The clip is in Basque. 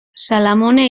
salamone